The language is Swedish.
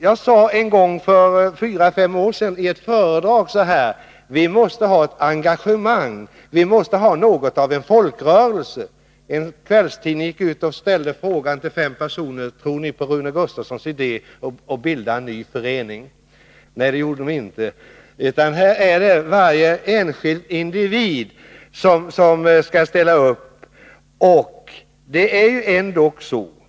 För fyra fem år sedan framhöll jag i ett föredrag att vi måste skapa ett engagemang och något av en folkrörelse. En kvällstidning ställde då frågan till fem personer: Tror ni på Rune Gustavssons idé om att bilda en ny förening? Nej, det gjorde de inte. Varje enskild individ skall ställa upp.